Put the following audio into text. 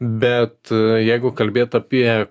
bet jeigu kalbėt apie